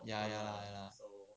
ya ya lah ya lah